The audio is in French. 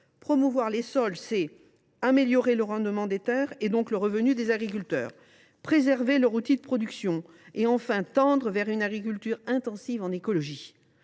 Promouvoir les sols, c’est améliorer le rendement des terres et donc le revenu des agriculteurs ; c’est préserver leur outil de production ; c’est tendre vers une agriculture intensive en écologie.